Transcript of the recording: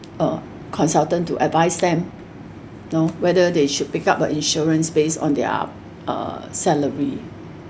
err uh consultant to advise them know whether they should pick up the insurance based on their uh salary